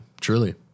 truly